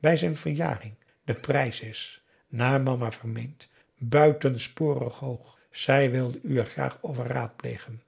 bij zijn verjaring de prijs is naar mama vermeent buitensporig hoog zij wilde u er graag over raadplegen